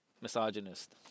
misogynist